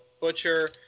butcher